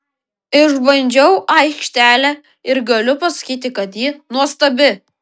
išbandžiau aikštelę ir galiu pasakyti kad ji nuostabi